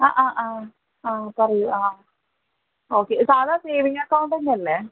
ആ ആ ആ ആ പറയു ആ ഓക്കെ സാധാരണ സേവിംഗ് അക്കൗണ്ട് തന്നെ അല്ലെ